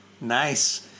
Nice